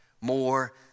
more